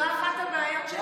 זו אחת הבעיות של